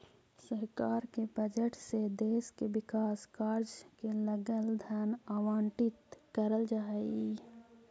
सरकार के बजट से देश के विकास कार्य के लगल धन आवंटित करल जा हई